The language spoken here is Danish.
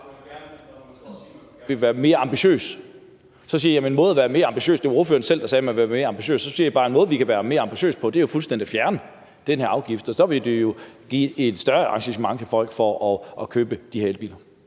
man ville være mere ambitiøs – så siger jeg bare, at en måde, vi kan være mere ambitiøse på, jo er fuldstændig at fjerne den her afgift. Så vil det jo give et større incitament til folk for at købe de her elbiler.